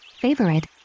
favorite